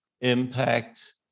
Impact